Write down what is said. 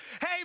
hey